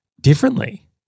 differently